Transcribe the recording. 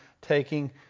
taking